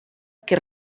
que